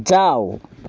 जाऊ